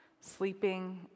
sleeping